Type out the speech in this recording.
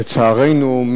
לצערנו,